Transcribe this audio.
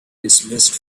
dismissed